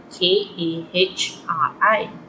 K-A-H-R-I